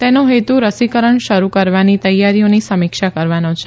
તેનો હેતુ રસીકરણ શરૂ કરવાના તૈયારીઓની સમીક્ષા કરવાનો છે